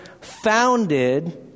founded